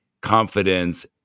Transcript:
confidence